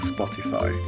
Spotify